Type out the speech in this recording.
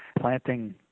planting